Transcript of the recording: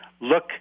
look